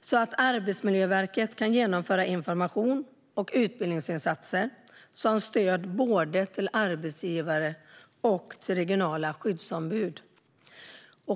så att Arbetsmiljöverket kan genomföra informations och utbildningsinsatser som stöd både till arbetsgivare och till regionala skyddsombud.